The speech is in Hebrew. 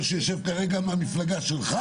כרגע מהמפלגה שלך